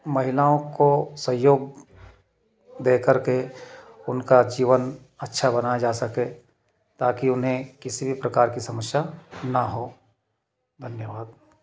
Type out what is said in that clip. महिलाओं को सहयोग दे करके उनका जीवन अच्छा बनाया सके ताकी उन्हें किसी भी प्रकार की समस्या न हो धन्यवाद